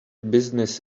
business